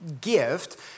gift